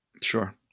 Sure